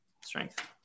strength